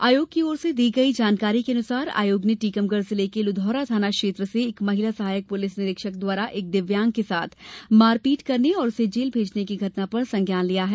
आयोग की ओर से दी गई जानकारी के अनुसार आयोग ने टीकमगढ़ जिले के लिधौरा थाना क्षेत्र से एक महिला सहायक प्रलिसॅ निरीक्षक द्वारा एक दिव्यांग के साथ मारपीट करने और उसे जेल भेजने की घटना पर संज्ञान लिया है